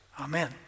Amen